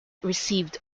received